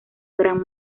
gran